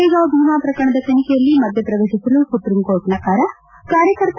ಕೊರೆಗಾಂವ್ ಭೀಮಾ ಪ್ರಕರಣದ ತನಿಖೆಯಲ್ಲಿ ಮಧ್ಯಪ್ರವೇಶಿಸಲು ಸುಪ್ರೀಂ ಕೋರ್ಟ್ ನಕಾರ ಕಾರ್ಯಕರ್ತ